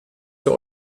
für